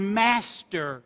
master